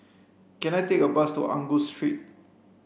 can I take a bus to Angus Street